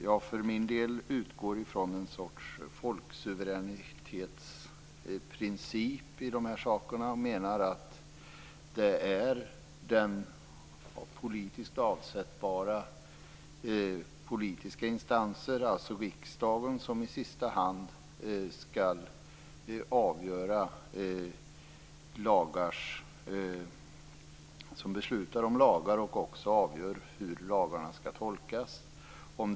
Jag för min del utgår från en sorts folksuveränitetsprincip och menar att det är den politiskt avsättbara instansen, alltså riksdagen, som beslutar om lagar och i sista hand också avgör hur lagarna skall tolkas.